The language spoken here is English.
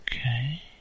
okay